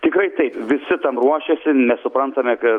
tikrai taip visi tam ruošiasi nes suprantame kad